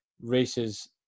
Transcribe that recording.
races